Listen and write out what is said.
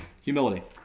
Humility